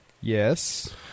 Yes